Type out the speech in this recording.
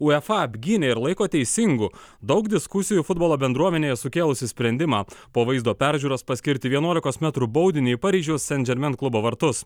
uefa apgynė ir laiko teisingu daug diskusijų futbolo bendruomenėje sukėlusį sprendimą po vaizdo peržiūros paskirti vienuolikos metrų baudinį į paryžiaus sendžermen klubo vartus